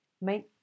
Make